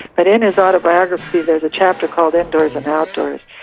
but in his autobiography, there's a chapter called indoors and outdoors,